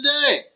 today